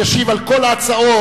ישיב על כל ההצעות,